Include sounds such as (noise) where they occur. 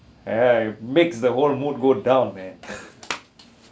ah makes the whole mood go down man (laughs)